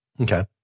Okay